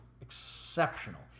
exceptional